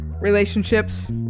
relationships